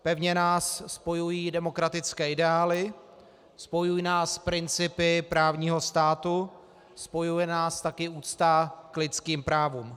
Pevně nás spojují demokratické ideály, spojují nás principy právního státu, spojuje nás taky úcta k lidským právům.